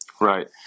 Right